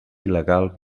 il·legal